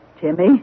Jimmy